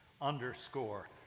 underscore